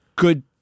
Good